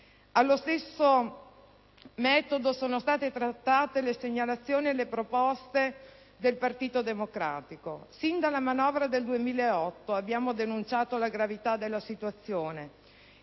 Allo stesso modo sono state trattate le segnalazioni e le proposte del Partito Democratico. Sin dalla manovra del 2008 abbiamo denunciato la gravità della situazione,